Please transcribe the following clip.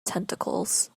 tentacles